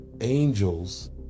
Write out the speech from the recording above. angels